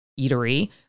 eatery